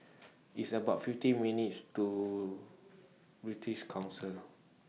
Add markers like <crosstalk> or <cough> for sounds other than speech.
<noise> It's about fifty minutes' to British Council